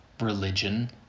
religion